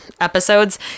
episodes